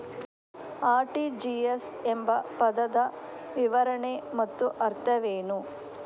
RTGS ಎಂಬ ಪದದ ವಿವರಣೆ ಮತ್ತು ಅರ್ಥವೇನು?